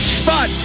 spot